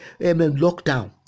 lockdown